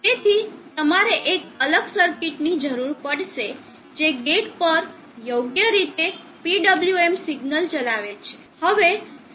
તેથી તમારે એક અલગ સર્કિટની જરૂર પડશે જે ગેટ પર યોગ્ય રીતે PWM સિગ્નલ ચલાવે